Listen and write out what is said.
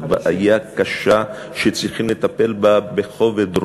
בעיה קשה שצריכים לטפל בה בכובד ראש.